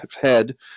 head